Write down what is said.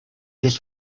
this